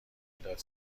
مداد